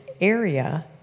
area